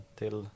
till